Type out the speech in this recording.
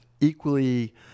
equally